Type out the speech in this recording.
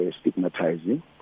stigmatizing